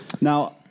Now